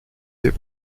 des